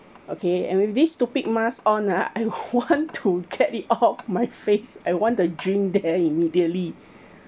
okay and with this stupid mask on lah I want to get it off my face I want the drink there immediately